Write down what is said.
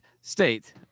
State